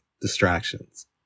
distractions